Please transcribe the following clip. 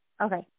Okay